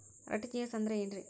RTGS ಅಂದ್ರ ಏನ್ರಿ?